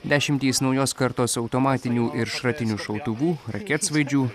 dešimtys naujos kartos automatinių ir šratinių šautuvų raketsvaidžių